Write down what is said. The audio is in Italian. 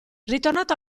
ritornato